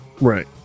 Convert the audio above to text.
Right